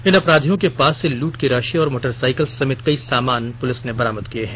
इन अपराधियों के पास से लुट की राशि और मोटरसाईकिल समेत कई सामान पुलिस ने बरामद किये हैं